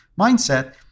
mindset